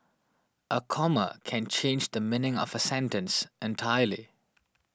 a comma can change the meaning of a sentence entirely